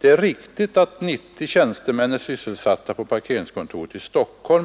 Det är riktigt att 90 tjänstemän är sysselsatta på parkeringskontoret i Stockholm.